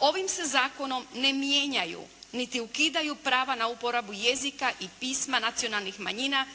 Ovim se zakonom ne mijenjaju niti ukidaju prava na uporabu jezika i pisma nacionalnih manjina